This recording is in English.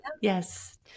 yes